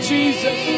Jesus